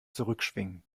zurückschwingen